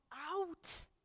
out